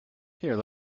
here